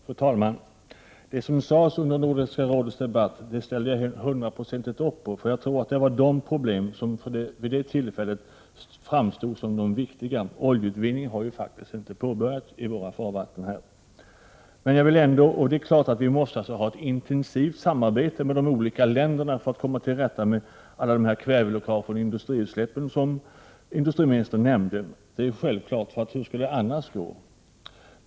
Fru talman! Det som sades från miljöpartiets sida under Nordiska rådets debatt ställer jag upp på till 100 96. Jag tror att det var de problem som där nämndes som då framstod som de viktiga. Oljeutvinning i våra farvatten har ju faktiskt inte påbörjats. Det är klart att vi måste ha ett intensivt samarbete med andra länder för att komma till rätta med alla kväveläckage från industriutsläpp, som industriministern nämnde. Det är självklart. Hur skall det annars gå?